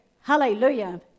Hallelujah